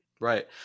Right